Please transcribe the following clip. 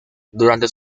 durante